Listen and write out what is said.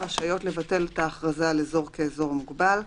רשאיות לבטל את ההכרזה על אזור כאזור מוגבל.